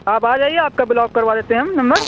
آپ آ جائیے آپ کا بلاک کروا دیتے ہیں ہم نمبر